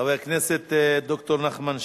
חבר הכנסת ד"ר נחמן שי,